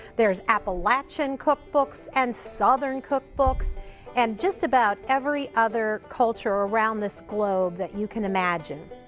there's appalachian cookbooks and southern cookbooks and just about every other culture around this globe that you can imagine.